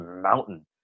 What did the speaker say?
mountain